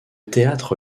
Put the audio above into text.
théâtre